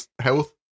health